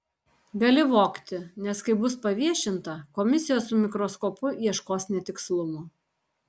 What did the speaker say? gali vogti nes kai bus paviešinta komisijos su mikroskopu ieškos netikslumo